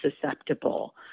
susceptible